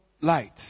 light